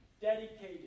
dedicated